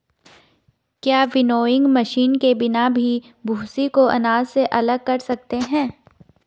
क्या winnowing machine के बिना भी भूसी को अनाज से अलग कर सकते हैं?